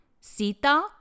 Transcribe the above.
Sita